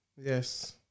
yes